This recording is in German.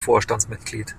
vorstandsmitglied